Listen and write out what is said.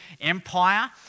Empire